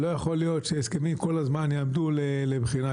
לא יכול להיות שהסכמים כל הזמן יעמדו לבחירה.